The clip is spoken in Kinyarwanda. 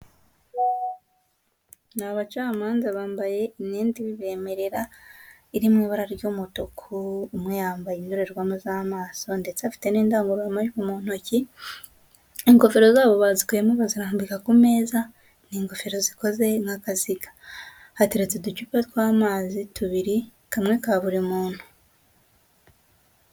Ni abacamanza bambaye imyenda ibibemerera, iri mu ibara ry'umutuku; umwe yambaye indorerwamo z'amaso ndetse afite n'indangururamajwi mu ntoki, ingofero zabo bazikuyeyemo bazirambika ku meza, ni ingofero zikoze nk'akaziga. Hatereste uducupa tw'amazi tubiri, kamwe ka buri muntu.